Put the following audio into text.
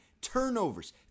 Turnovers